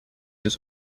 his